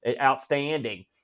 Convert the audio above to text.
outstanding